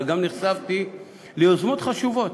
אבל נחשפתי גם ליוזמות חשובות.